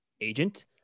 agent